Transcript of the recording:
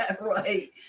Right